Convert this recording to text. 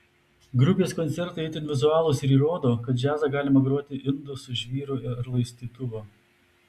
grupės koncertai itin vizualūs ir įrodo kad džiazą galima groti indu su žvyru ar laistytuvu